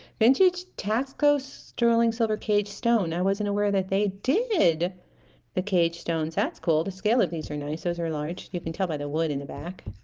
vintage taxco sterling silver cage stone i wasn't aware that they did the cage stones that's cool the scale of these are nice those are large you can tell by the wood in the back